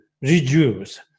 reduce